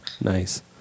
Nice